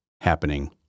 happening